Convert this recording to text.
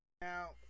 now